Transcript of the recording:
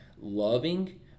Loving